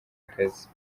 akazi